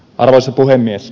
arvoisa puhemies